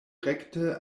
rekte